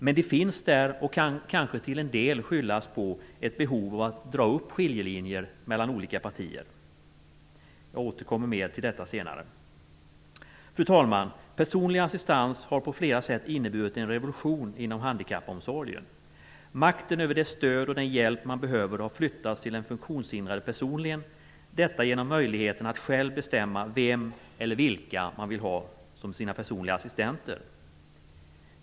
Men de finns där och kan kanske till en del skyllas på ett behov av att dra upp skiljelinjer mellan olika partier. Jag återkommer till detta senare. Fru talman! Personlig assistans har på flera sätt inneburit en revolution inom handikappomsorgen. Makten över det stöd och den hjälp man behöver har flyttats till den funktionshindrade personligen, detta genom att den funktionshindrade har fått möjlighet att själv bestämma vem eller vilka han eller hon vill ha som sina personliga assistenter.